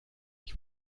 ich